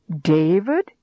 David